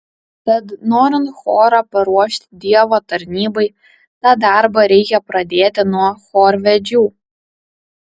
tad norint chorą paruošti dievo tarnybai tą darbą reikia pradėti nuo chorvedžių